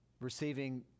receiving